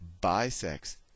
bisects